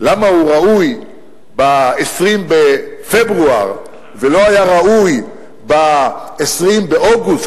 למה הוא ראוי ב-20 בפברואר ולא היה ראוי ב-20 באוגוסט,